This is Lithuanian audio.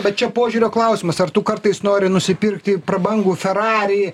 va čia požiūrio klausimas ar tu kartais nori nusipirkti prabangų ferrari